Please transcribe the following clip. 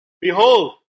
Behold